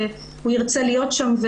שבטח הוא ירצה להיות שם,